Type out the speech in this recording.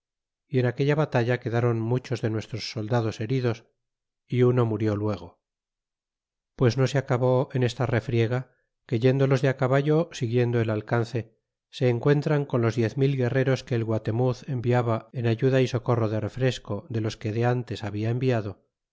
y en aquella batalla quedron muchos de nuestros soldados heridos é uno murió luego pues no se acabó en esta refriega que yendo los de caballo siguiendo el alcance se encuentran con los diez mil guerreros que el guatemuz enviaba en ayuda é socorro de refresco de los que de ntes habia enviado